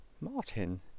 Martin